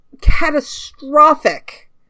catastrophic